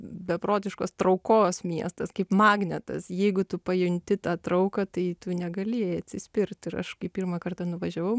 beprotiškos traukos miestas kaip magnetas jeigu tu pajunti tą trauką tai tu negali atsispirt ir aš kai pirmą kartą nuvažiavau